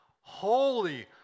holy